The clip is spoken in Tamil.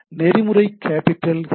நெறிமுறை கேப்பிடல் ஹெச்